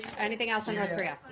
anything else on north korea?